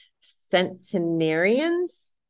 centenarians